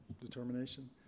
determination